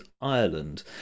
ireland